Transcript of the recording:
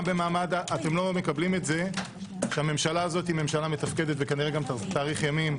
אתם לא מקבלים את זה שהממשלה הזאת מתפקדת וכנראה תאריך ימים.